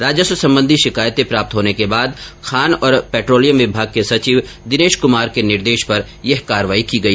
राजस्व संबंधी शिकायतें प्राप्त होने के बाद खान और पेट्रोलियम विभाग के सचिव दिनेश कुमार के निर्देश पर यह कार्रवाई की गई